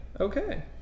Okay